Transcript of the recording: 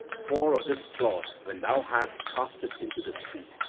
for of this clod when thou hast cast it into the sea,